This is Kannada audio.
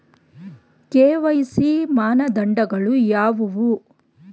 ಕೆ.ವೈ.ಸಿ ಮಾನದಂಡಗಳು ಯಾವುವು?